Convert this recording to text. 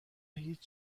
هیچ